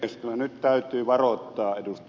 kyllä nyt täytyy varoittaa ed